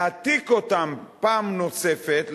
להעתיק אותן פעם נוספת,